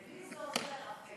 למי זה עוזר ה-fake